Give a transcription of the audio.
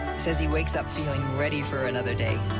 says he wakes up feeling ready for another day.